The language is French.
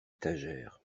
étagère